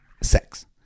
sex